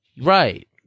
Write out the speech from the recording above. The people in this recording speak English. right